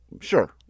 Sure